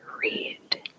read